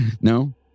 No